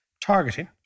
Targeting